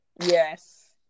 Yes